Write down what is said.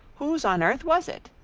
whose on earth was it?